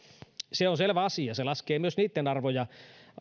se on selvä asia se laskee myös niitten arvoja